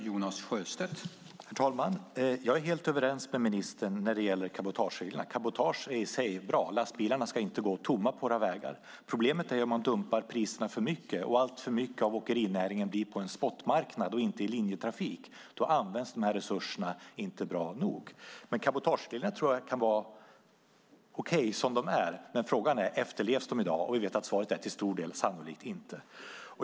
Herr talman! Jag är helt överens med ministern när det gäller cabotagereglerna. Cabotage är i sig bra. Lastbilarna ska inte gå tomma på våra vägar. Problemet är om man dumpar priserna för mycket och om alltför mycket av åkerinäringen blir på en spotmarknad och inte i linjetrafik. Då används de här resurserna inte bra nog. Cabotagereglerna tror jag kan vara okej som de är. Men frågan är: Efterlevs de i dag? Och vi vet att svaret till stor del är: Sannolikt inte.